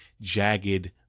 jagged